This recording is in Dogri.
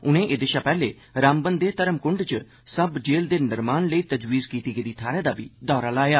उनें एहदे शा पैहले रामबन दे धर्मकृण्ड च सब जेल दे निर्माण ले तजवीज़ कीती गेदी थाहै दा बी दौरा लाया